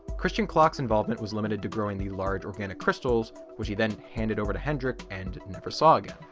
christian kloc's involvement was limited to growing the large organic crystals which he then handed over to hendrik and never saw again.